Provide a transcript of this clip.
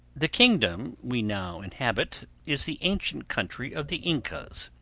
the kingdom we now inhabit is the ancient country of the incas,